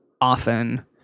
often